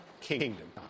kingdom